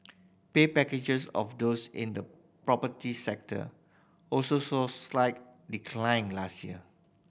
pay packages of those in the property sector also saw a slight decline last year